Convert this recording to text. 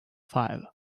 five